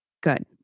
Good